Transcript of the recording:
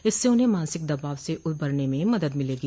इससे उन्हें मानसिक दबाव से उबरने में मदद मिलेगी